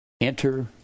Enter